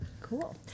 Cool